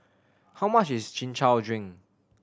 how much is Chin Chow drink